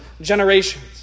generations